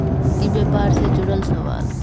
ई व्यापार से जुड़ल सवाल?